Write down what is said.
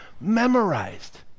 Memorized